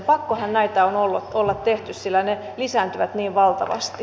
pakkohan näitä on olla tehty sillä ne lisääntyvät niin valtavasti